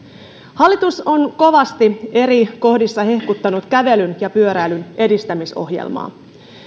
hallitus on kovasti eri kohdissa hehkuttanut kävelyn ja pyöräilyn edistämisohjelmaa